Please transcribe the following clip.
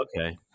Okay